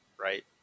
right